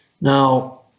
Now